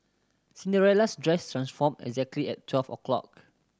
Cinderella's dress transformed exactly at twelve o' clock